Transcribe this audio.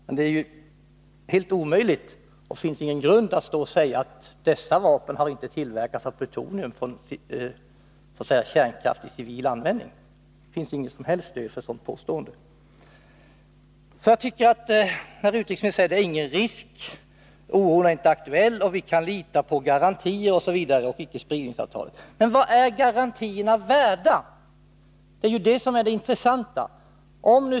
Men det är helt omöjligt att säga — det finns ingen grund för detta—att de här vapnen inte har tillverkats av plutonium från kärnkraft i civil användning. Det finns inget som helst stöd för ett sådant påstående. Utrikesministern säger att det inte är någon risk, att oron inte är aktuell och att vi kan lita på garantier, på icke-spridningsavtalet m.m. Men vad är garantierna värda? Det är ju det som är det intressanta.